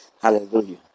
Hallelujah